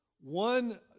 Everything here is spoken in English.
One